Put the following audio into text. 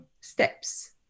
steps